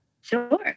Sure